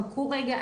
חכו רגע,